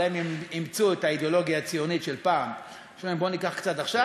אולי הם אימצו את האידיאולוגיה הציונית של פעם: בוא ניקח קצת עכשיו,